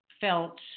felt